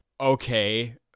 okay